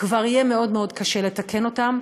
כבר יהיה מאוד מאוד קשה לתקן אותם,